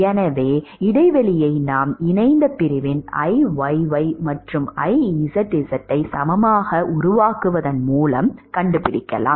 எனவே இடைவெளியை நாம் இணைந்த பிரிவின் Iyy மற்றும் Izz ஐ சமமாக உருவாக்கினால் நாம் இதை கண்டுபிடிக்கலாம்